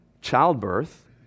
childbirth